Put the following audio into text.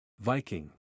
Viking